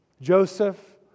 Joseph